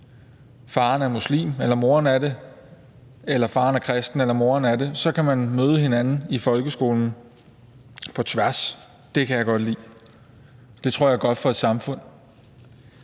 far er muslim eller mor er det, eller om far er kristen eller mor er det, så kan man møde hinanden i folkeskolen – på tværs. Det kan jeg godt lide. Det tror jeg er godt for et samfund.